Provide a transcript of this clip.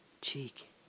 cheek